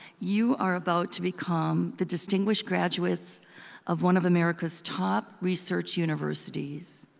you are about to become the distinguished graduates of one of america's top research universities.